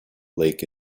lake